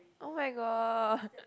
oh-my-god